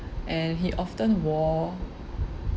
and he often wore